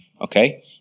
Okay